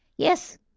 Yes